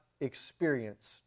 experienced